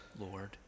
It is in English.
Lord